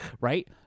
Right